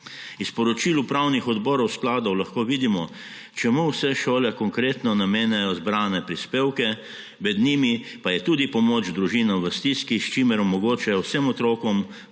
Iz poročil upravnih odborov skladov lahko vidimo, čemu vse šole konkretno namenjajo zbrane prispevke. Med njimi pa je tudi pomoč družinam v stiski, s čimer omogočajo vsem otrokom, da